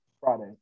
Friday